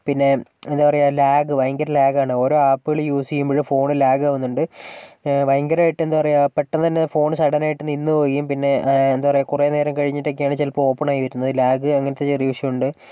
പിന്നെ എന്താ പറയുക ലാഗ് ഭയങ്കര ലാഗാണ് ഓരോ ആപ്പുകള് യൂസ് ചെയ്യുമ്പോഴും ഫോൺ ലാഗാവുന്നുണ്ട് ഏ ഭയങ്കരായിട്ട് പറയുക പെട്ടെന്നു തന്നെ ഫോണ് സഡൻ ആയിട്ട് നിന്നുപോവുകയും പിന്നെ എന്താപറയുക കുറെ നേരം കഴിഞ്ഞിട്ടൊക്കെയാണ് ചിലപ്പോൾ ഓപ്പൺ ആയി വരുന്നത് ലാഗ് അങ്ങനത്തെ ചെറിയ വിഷയുണ്ട്